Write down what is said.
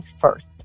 first